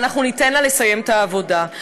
ואנחנו ניתן לה לסיים את העבודה,